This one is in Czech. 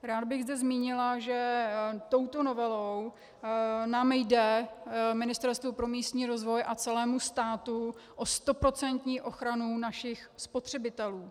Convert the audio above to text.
Ráda bych zde zmínila, že touto novelou nám jde, Ministerstvu pro místní rozvoj a celému státu, o stoprocentní ochranu našich spotřebitelů.